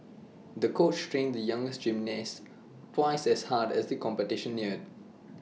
the coach trained the young gymnast twice as hard as the competition neared